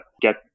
get